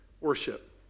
worship